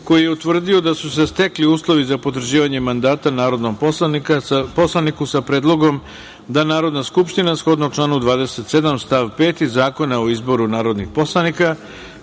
koji je utvrdio da su se stekli uslovi za potvrđivanje mandata narodnom poslaniku, sa predlogom da Narodna skupština, shodno članu 27. stav 5. Zakona o izboru narodnih poslanika,